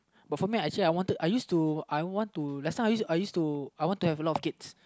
but for me actually I wanted I used to I want to last time I used I used to I want to have a lot of kids